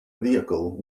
vehicle